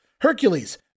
Hercules